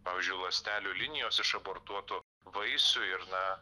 pavyzdžiui ląstelių linijos iš abortuotų vaisių ir na